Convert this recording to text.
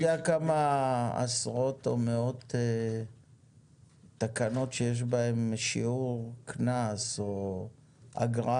אתה יודע כמה הצעות או תקנות שיש בהן שיעור קנס או אגרה,